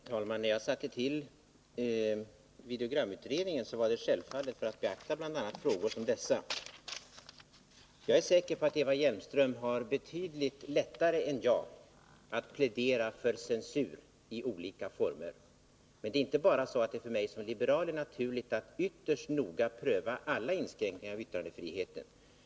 Herr talman! När jag tillsatte videogramsutredningen var det självfallet för att bl.a. beakta frågor som dessa. Jag är säker på att Eva Hjelmström har betydligt lättare än jag att plädera för censur i olika former. Det är inte bara så, att det för mig som liberal är naturligt att ytterst noga pröva alla inskränkningar i yttrandefriheten.